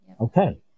Okay